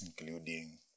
including